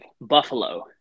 Buffalo